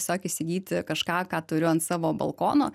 tiesiog įsigyti kažką ką turiu ant savo balkono